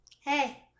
Hey